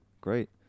Great